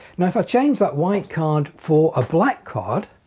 now if i change that white card for a black card